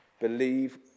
Believe